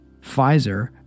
Pfizer